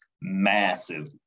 massive